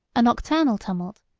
a nocturnal tumult,